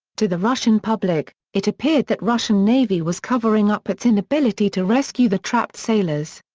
to the russian public, it appeared that russian navy was covering up its inability to rescue the trapped sailors.